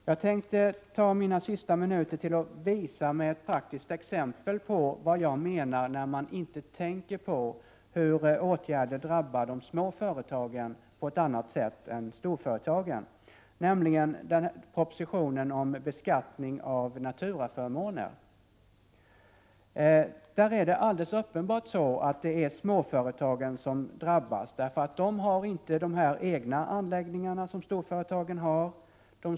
Jag skall använda de sista minuterna av min taletid till att visa ett praktiskt exempel på att man inte tänker på hur åtgärderna i propositionen om beskattning av naturaförmåner drabbar småföretagen på ett annat sätt än de stora företagen. För det första är det alldeles uppenbart att småföretagen drabbas, därför att de inte har egna anläggningar så som stora företag har.